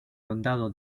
condado